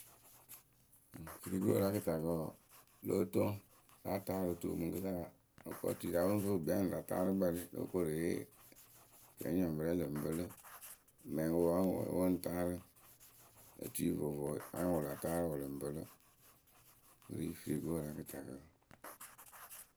fɨrigoyǝ la kɨtakǝ wǝǝ, lóo toŋ láa taarɨ tuwǝ mɨŋkɨsa pɨ ŋ fɨ pɨ kpii anyɩŋ la taarɨ kpɛlɩ lóo koru eyee, akɛɛnyɔŋpǝ rɛ lɨŋ pɨlɨ mɛŋwǝ o anyɩŋ we wɨ ŋ taarɨ otuyǝ vovo anyɩŋ wɨ lɨŋ pɨlɨ. Wɨ ri fɨrigoyǝ la kɨtakǝ.